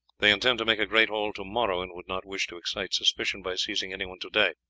they intend to make a great haul to-morrow, and would not wish to excite suspicion by seizing anyone to-day.